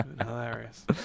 Hilarious